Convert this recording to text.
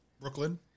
Brooklyn